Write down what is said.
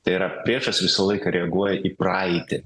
tai yra priešas visą laiką reaguoja į praeitį